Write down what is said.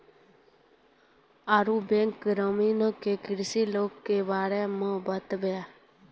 और बैंक ग्राहक के कृषि लोन के बारे मे बातेबे?